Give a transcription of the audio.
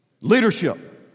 Leadership